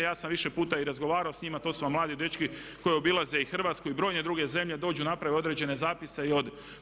Ja sam više puta i razgovarao s njima, to su vam mladi dečki koji obilaze i Hrvatsku i brojne druge zemlje, dođu, naprave određene zapise i odu.